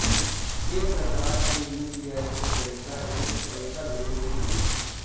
के प्रकार के यू.पी.आई के तरीका हे पईसा भेजे के?